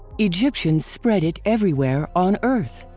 egyptians spread it everywhere on earth.